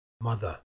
mother